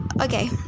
okay